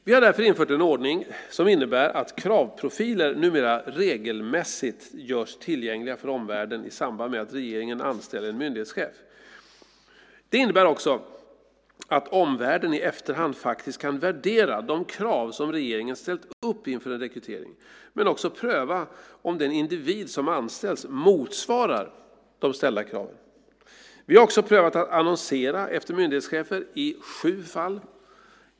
Vi har därför infört en ordning som innebär att kravprofiler numera regelmässigt görs tillgängliga för omvärlden i samband med att regeringen anställer en myndighetschef. Det innebär också att omvärlden i efterhand faktiskt kan värdera de krav som regeringen ställt upp inför en rekrytering men också pröva om den individ som anställts motsvarar de ställda kraven. Vi har också prövat att annonsera efter myndighetschefer i sju fall.